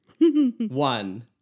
One